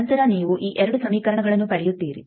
ನಂತರ ನೀವು ಈ ಎರಡು ಸಮೀಕರಣಗಳನ್ನು ಪಡೆಯುತ್ತೀರಿ